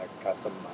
custom